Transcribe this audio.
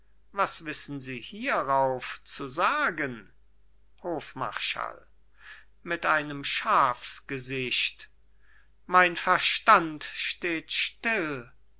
was wissen sie hierauf zu sagen hofmarschall mit einem schafsgesicht mein verstand steht still